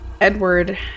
Edward